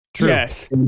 Yes